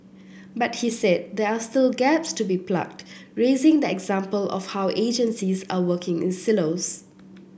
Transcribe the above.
but he said there are still gaps to be plugged raising the example of how agencies are working in silos